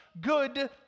good